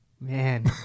Man